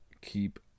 keep